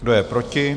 Kdo je proti?